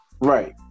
Right